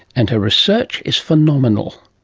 and her research is phenomenal.